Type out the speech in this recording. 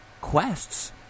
quests